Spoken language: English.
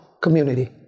community